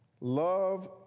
love